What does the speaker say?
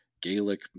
Gaelic